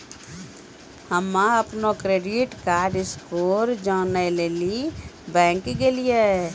हम्म अपनो credit card score जानै लेली बैंक गेलियै